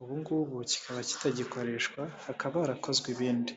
Ubu ngubu kikaba kitagikoreshwa hakaba harakozwe ibindi.